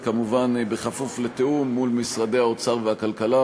כמובן בכפוף לתיאום מול משרדי האוצר והכלכלה,